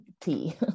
tea